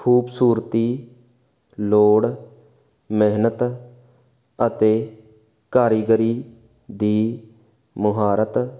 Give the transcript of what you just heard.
ਖੂਬਸੂਰਤੀ ਲੋੜ ਮਿਹਨਤ ਅਤੇ ਕਾਰੀਗਰੀ ਦੀ ਮੁਹਾਰਤ